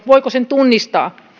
voiko liikenneraivon tunnistaa